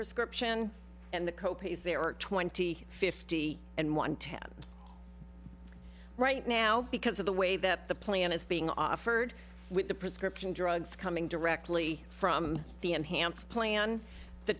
prescription and the co pays there are twenty fifty and one ten right now because of the way that the plan is being offered with the prescription drugs coming directly from the enhanced plan the